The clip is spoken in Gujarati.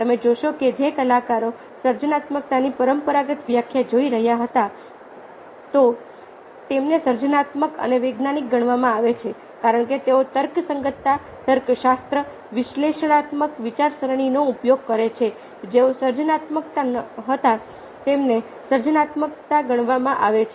તમે જોશો કે જે કલાકારો સર્જનાત્મકતાની પરંપરાગત વ્યાખ્યા જોઈ રહ્યા હતા તો તેમને સર્જનાત્મક અને વૈજ્ઞાનિક ગણવામાં આવે છે કારણ કે તેઓ તર્કસંગતતા તર્કશાસ્ત્ર વિશ્લેષણાત્મક વિચારસરણીનો ઉપયોગ કરે છે જેઓ સર્જનાત્મક ન હતા તેમને સર્જનાત્મક ગણવામાં આવે છે